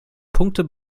punkte